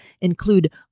include